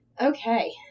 Okay